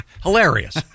Hilarious